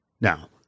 Now